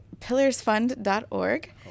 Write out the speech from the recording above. pillarsfund.org